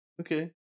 Okay